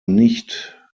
nicht